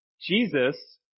Jesus